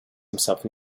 himself